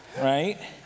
right